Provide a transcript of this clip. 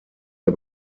der